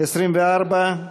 24?